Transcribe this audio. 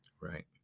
Right